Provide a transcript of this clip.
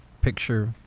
picture